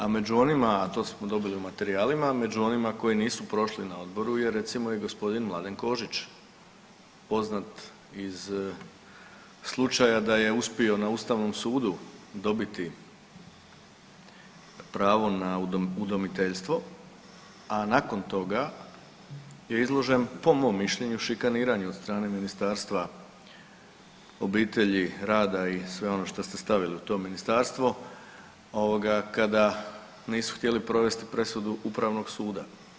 A među onima, a to smo dobili u materijalima među onima koji nisu prošli na Odboru je recimo i gospodin Mladen Kožić poznat iz slučaja da je uspio na Ustavnom sudu dobiti pravo na udomiteljstvo, a nakon toga je izložen po mom mišljenju šikaniranju od strane Ministarstva obitelji, rada i sve ono što ste stavili u to Ministarstvo kada nisu htjeli provesti presudu Upravnog suda.